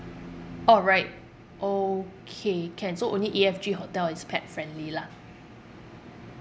all right okay can so only E F G hotel is pet-friendly lah